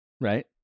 Right